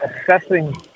assessing